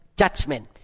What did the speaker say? judgment